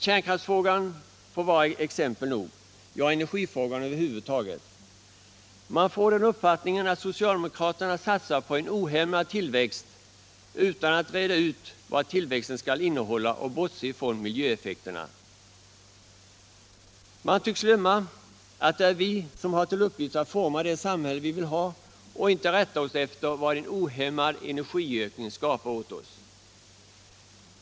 Kärnkraftsfrågan får vara exempel nog — ja, energifrågan över huvud taget. Man får den uppfattningen att socialdemokraterna satsar på en ohämmad tillväxt utan att reda ut vad tillväxten skall innehålla och att de bortser från miljöeffekterna. Man tycks glömma att det är vi som har till uppgift att forma det samhälle vi vill ha, och att vi inte bör rätta oss efter vad en ohämmad energiökning skapar åt oss.